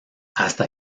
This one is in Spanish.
hasta